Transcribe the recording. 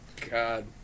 God